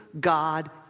God